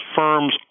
firms